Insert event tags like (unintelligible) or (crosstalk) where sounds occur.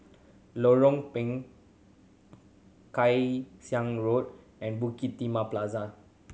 Lorong (unintelligible) Kay Siang Road and Bukit Timah Plaza